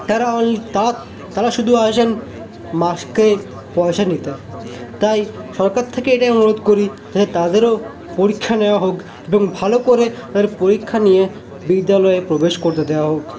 তারা অনলি তারা তারা শুধু আসেন মাস গেলে পয়সা নিতে তাই সরকার থেকে এটাই অনুরোধ করি যাতে তাদেরও পরীক্ষা নেওয়া হোক একদম ভালো করে তাদের পরীক্ষা নিয়ে বিদ্যালয়ে প্রবেশ করতে দেওয়া হোক